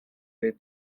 les